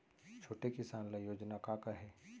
छोटे किसान ल योजना का का हे?